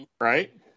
Right